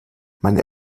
meine